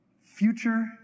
Future